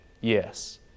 yes